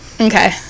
Okay